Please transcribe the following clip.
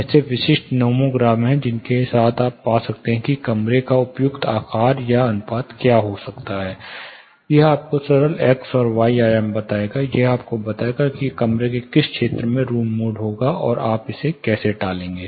ऐसे विशिष्ट नोमोग्राम हैं जिनके साथ आप पा सकते हैं कि कमरे का उपयुक्त आकार या अनुपात क्या है यह आपको सरल एक्स और वाई आयाम बताएगा यह आपको बताएगा कि कमरे के किस क्षेत्र में रूम मोड होगा और आप इसे कैसे टालेंगे